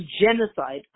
genocide